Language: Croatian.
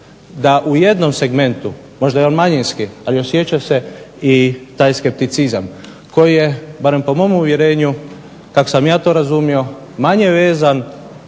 da u jednom segmentu, možda je on manjinski, ali osjeća se i taj skepticizam koji je, barem po mom uvjerenju kako sam ja to razumio, manje vezan